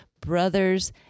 brothers